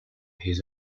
his